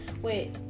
wait